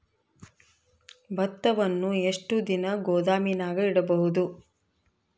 ಭತ್ತವನ್ನು ಎಷ್ಟು ದಿನ ಗೋದಾಮಿನಾಗ ಇಡಬಹುದು?